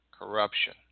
corruption